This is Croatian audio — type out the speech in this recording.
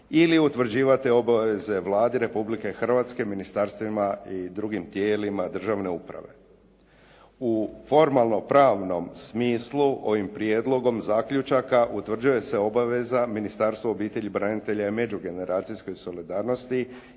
ili utvrđivati obaveze Vladi Republike Hrvatske, ministarstvima i drugim tijelima državne uprave. U formalnom pravnom smislu ovim prijedlogom zaključaka utvrđuje se obaveza Ministarstva obitelji, branitelja i međugeneracijske solidarnosti